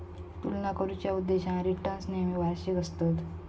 तुलना करुच्या उद्देशान रिटर्न्स नेहमी वार्षिक आसतत